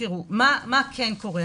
מה כן קורה?